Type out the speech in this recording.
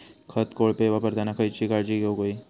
खत कोळपे वापरताना खयची काळजी घेऊक व्हयी?